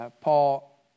Paul